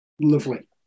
Lovely